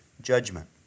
judgment